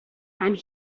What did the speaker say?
and